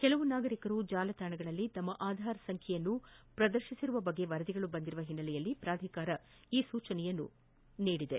ಕೆಲವು ನಾಗರಿಕರು ಜಾಲತಾಣಗಳಲ್ಲಿ ತಮ್ನ ಆಧಾರ್ ಸಂಖ್ಯೆ ಪ್ರದರ್ತಿಸಿರುವ ಬಗ್ಗೆ ವರದಿಗಳು ಬಂದ ಹಿನ್ನೆಲೆಯಲ್ಲಿ ಪ್ರಾಧಿಕಾರ ಈ ಸೂಚನೆ ನೀಡಿದೆ